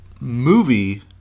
Movie